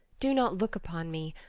do not look upon me.